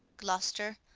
gloster,